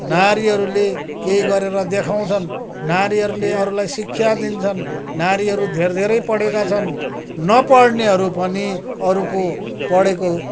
नारीहरूले केही गरेर देखाउँछन् नारीहरूले अरूलाई शिक्षा दिन्छन् नारीहरू धेर धेरै पढेका छन् नपढ्नेहरू पनि अरूको पढेको